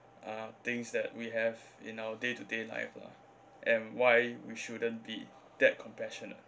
uh things that we have in our day to day life lah and why we shouldn't be that compassionate